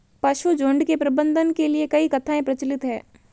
पशुझुण्ड के प्रबंधन के लिए कई प्रथाएं प्रचलित हैं